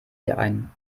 ein